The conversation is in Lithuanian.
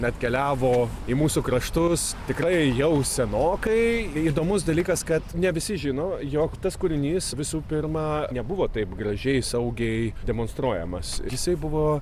atkeliavo į mūsų kraštus tikrai jau senokai įdomus dalykas kad ne visi žino jog tas kūrinys visų pirma nebuvo taip gražiai saugiai demonstruojamas jisai buvo